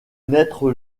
naître